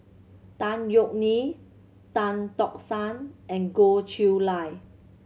Tan Yeok Nee Tan Tock San and Goh Chiew Lye